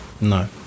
No